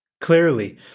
Clearly